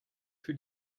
für